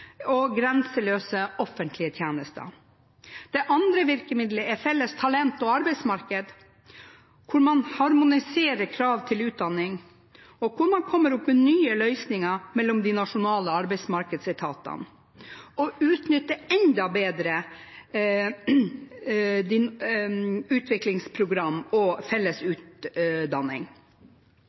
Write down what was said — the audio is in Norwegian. og grenseløse offentlige tjenester. Det andre virkemiddelet er felles talent- og arbeidsmarked, hvor man harmoniserer krav til utdanning, og hvor man kommer opp med nye løsninger mellom de nasjonale arbeidsmarkedsetatene, og å utnytte enda bedre utviklingsprogram og felles